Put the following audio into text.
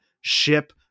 ship